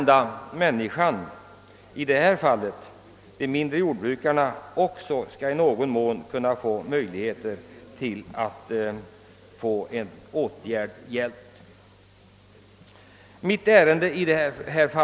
Då kanske också de mindre jordbrukarna skall kunna få möjlighet att få hjälp för att vidta behövliga åtgärder.